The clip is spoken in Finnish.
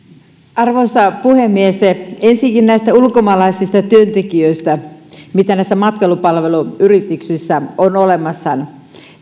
arvoisa puhemies ensinnäkin näistä ulkomaalaisista työntekijöistä mitä näissä matkailupalveluyrityksissä on olemassa